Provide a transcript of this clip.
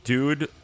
Dude